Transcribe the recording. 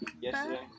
yesterday